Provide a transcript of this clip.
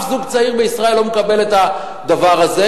שום זוג צעיר בישראל לא מקבל את הדבר הזה,